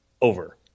over